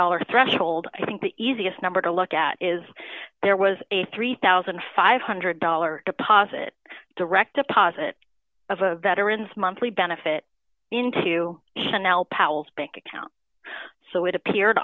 dollars threshold i think the easiest number to look at is there was a three thousand five hundred dollars deposit direct deposit of a veteran's monthly benefit into chanel powells bank account so it appeared